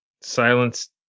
Silence